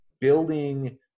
building